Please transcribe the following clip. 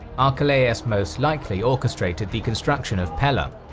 archelaus most likely orchestrated the construction of pella.